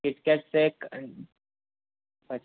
KitKat shake પછી